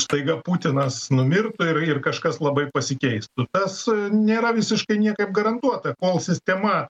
staiga putinas numirtų ir ir kažkas labai pasikeistų tas nėra visiškai niekaip garantuota kol sistema